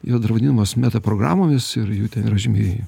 jo draudimas meta programomis ir jų ten yra žymiai